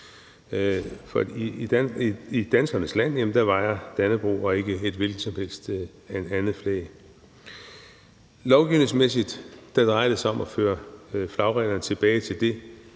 det. I danskernes land vajer Dannebrog og ikke et hvilket som helst andet flag. Lovgivningsmæssigt drejer det sig om at føre flagreglerne tilbage til det,